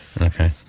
Okay